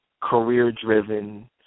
career-driven